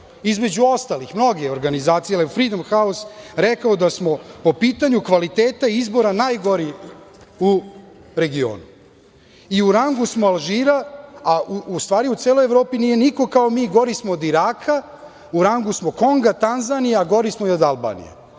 između ostalih, mnogih organizacija, rekao da smo po pitanju kvaliteta izbora najgori u regionu? I u rangu smo Alžira, u stvari, u celoj Evropi nije niko kao mi, gori smo od Iraka, u rangu smo Konga, Tanzanije, a gori smo i od Albanije.